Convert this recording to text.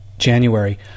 January